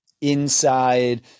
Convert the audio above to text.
inside